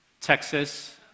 Texas